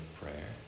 prayer